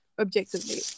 objectively